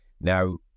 Now